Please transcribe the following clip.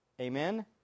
Amen